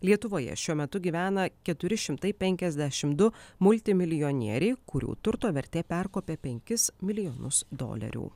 lietuvoje šiuo metu gyvena ketiri šimtai penkiasdešimt du multimilijonieriai kurių turto vertė perkopė penkis milijonus dolerių